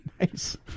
nice